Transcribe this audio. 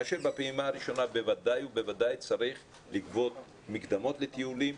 בפעימה הראשונה בוודאי ובוודאי צריך לגבות מקדמות לטיולים.